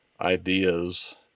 ideas